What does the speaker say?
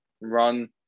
run